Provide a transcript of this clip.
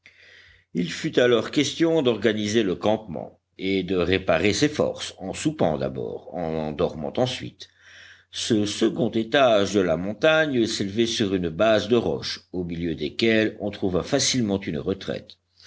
il fut alors question d'organiser le campement et de réparer ses forces en soupant d'abord en dormant ensuite ce second étage de la montagne s'élevait sur une base de roches au milieu desquelles on trouva facilement une retraite